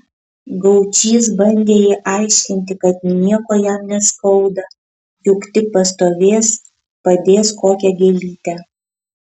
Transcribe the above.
gaučys bandė jai aiškinti kad nieko jam neskauda juk tik pastovės padės kokią gėlytę